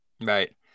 Right